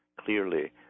clearly